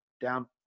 down